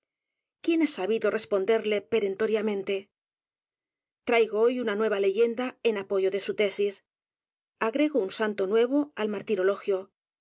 quién h a sabido responderle perentoriamente t r a i g o hoy una nueva leyenda en apoyo de su tesis a g r e g o un santo nuevo al